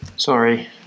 Sorry